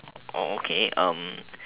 oh okay um